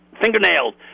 fingernails